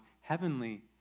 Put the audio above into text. heavenly